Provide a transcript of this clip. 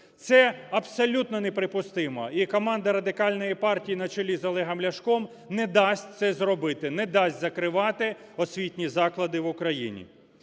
Це абсолютно неприпустимо, і команда Радикальної партії на чолі з Олегом Ляшком не дасть це зробити. Не дасть закривати освітні заклади в Україні.